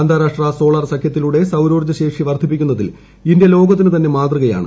അന്താരാഷ്ട്ര സോളാർ സഖ്യത്തിലൂടെ സൌരോർജശേഷി വർദ്ധിപ്പിക്കുന്നതിൽ ഇന്ത്യ ലോകത്തിന് തന്നെ മാതൃകയാണ്